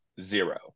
zero